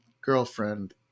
girlfriend